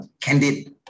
candid